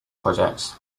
projects